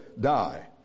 die